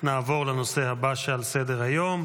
נעבור לנושא הבא על סדר-היום: